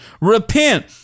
Repent